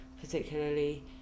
particularly